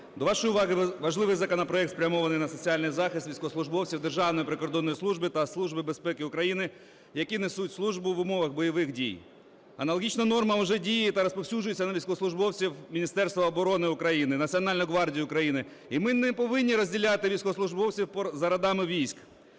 До вашої уваги важливий законопроект, спрямований на соціальний захист військовослужбовців Державної прикордонної служби та Служби безпеки України, які несуть службу в умовах бойових дій. Аналогічна норма вже діє та розповсюджується на військовослужбовців Міністерства оборони України, Національної гвардії України, і ми не повинні розділяти військовослужбовців за родами військ.